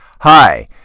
Hi